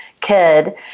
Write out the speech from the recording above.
Kid